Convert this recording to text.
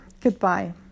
Goodbye